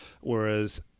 whereas